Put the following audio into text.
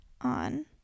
on